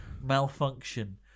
malfunction